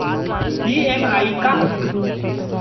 EMI का होथे?